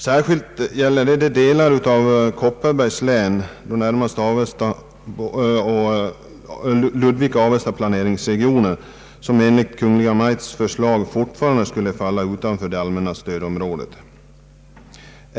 Särskilt gäller det de delar av Kopparbergs län, närmast Ludvika och Avesta planeringsregioner, som enligt Kungl. Maj:ts förslag fortfarande skulle falla utanför det allmänna stödområdet.